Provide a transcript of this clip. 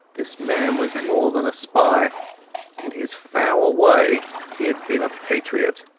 this man was more than a spy in his foul way he had been a patriot.